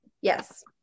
Yes